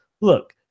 look